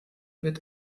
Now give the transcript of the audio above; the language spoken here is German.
wird